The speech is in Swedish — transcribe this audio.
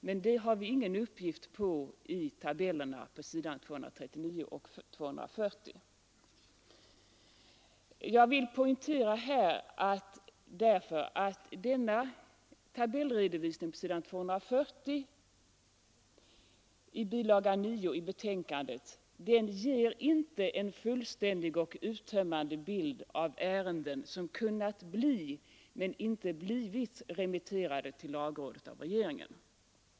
Men det har vi ingen uppgift på i tabellerna på s. 239 och 240. Jag vill därför poängtera att tabellen på s. 240 — i bilaga 9 till betänkandet — inte ger en fullständig och uttömmande bild av ärenden som kunnat bli men inte blivit remitterade till lagrådet av regeringen.